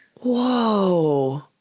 Whoa